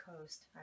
Coast